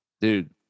dude